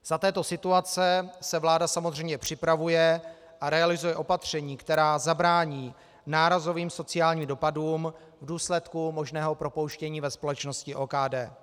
Za této situace se vláda samozřejmě připravuje a realizuje opatření, která zabrání nárazovým sociálním dopadům v důsledku možného propouštění ve společnosti OKD.